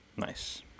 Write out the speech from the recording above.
Nice